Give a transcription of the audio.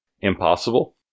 impossible